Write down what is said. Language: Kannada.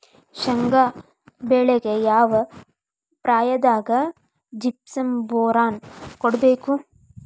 ಶೇಂಗಾ ಬೆಳೆಗೆ ಯಾವ ಪ್ರಾಯದಾಗ ಜಿಪ್ಸಂ ಬೋರಾನ್ ಕೊಡಬೇಕು?